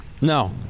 no